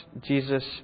Jesus